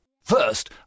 First